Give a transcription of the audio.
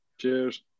Cheers